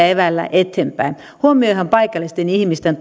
eväillä eteenpäin huomioidaan paikallisten ihmisten